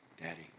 Daddy